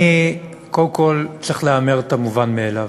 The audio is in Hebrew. קודם כול צריך להיאמר המובן מאליו: